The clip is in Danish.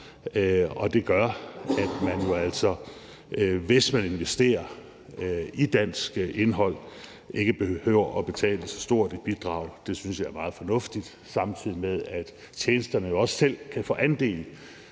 Og det gør jo altså, at man, hvis man investerer i dansk indhold, ikke behøver at betale så stort et bidrag. Det synes jeg er meget fornuftigt, samtidig med at tjenesterne jo også selv kan få andel